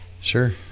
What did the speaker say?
Sure